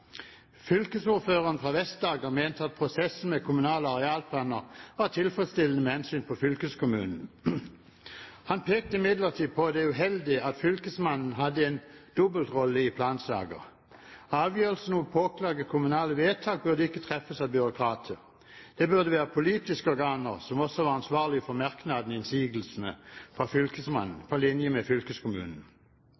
Fylkesordføreren fra Vest-Agder mente at prosessen med kommunale arealplaner var tilfredsstillende med hensyn til fylkeskommunen. Han pekte imidlertid på det uheldige i at fylkesmannen hadde en dobbeltrolle i plansaker. Avgjørelsen om å påklage kommunale vedtak burde ikke treffes av byråkrater. Det burde være politiske organer som også var ansvarlige for merknadene, innsigelsene, fra fylkesmannen